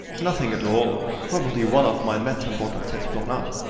nothing at all probably one of my medicine bottles has blown up.